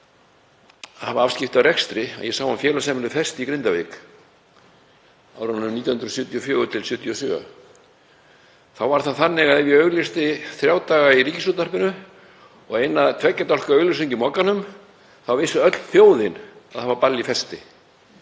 að hafa afskipti af rekstri að ég sá um félagsheimilið Festi í Grindavík, það var á árunum 1974–1977. Þá var það þannig að ef ég auglýsti þrjá daga í Ríkisútvarpinu og eina tveggja dálka auglýsingu í Mogganum þá vissi öll þjóðin að það var ball í Festi.